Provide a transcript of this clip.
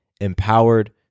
empowered